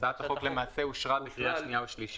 הצעת החוק למעשה אושרה בקריאה שנייה ושלישית.